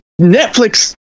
Netflix